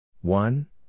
one